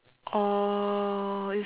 oh